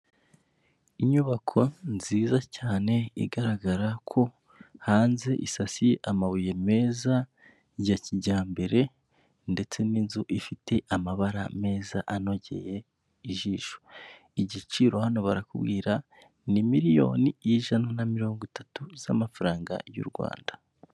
Inyubako nziza cyane igaragara ko hanze isasi amabuye meza ya kijyambere ndetse n'inzu ifite amabara meza anogeye ijisho igiciro hano barakubwira ni miliyoni ijana na mirongo itatu z'amafaranga y'u Rwanda.